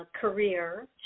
career